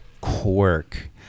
quirk